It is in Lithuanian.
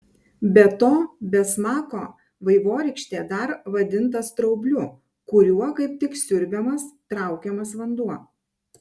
be to be smako vaivorykštė dar vadinta straubliu kuriuo kaip tik siurbiamas traukiamas vanduo